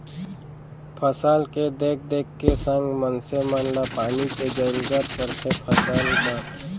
फसल के देख देख के संग मनसे मन ल पानी के जरूरत परथे फसल बर